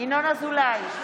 ינון אזולאי,